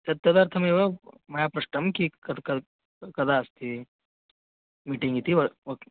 तत् तदर्थमेव मया पृष्टं किं कति किल कदा अस्ति मीटिङ्ग् इति वा वक्तुम्